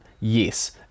Yes